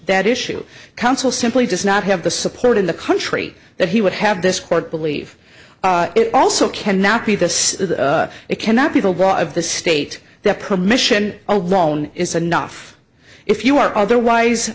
that issue counsel simply does not have the support in the country that he would have this court believe it also cannot be this it cannot people draw of the state that permission alone isn't enough if you are otherwise